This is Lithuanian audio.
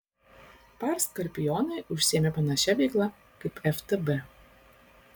par skorpionai užsiėmė panašia veikla kaip ftb